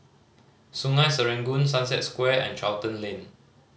Sungei Serangoon Sunset Square and Charlton Lane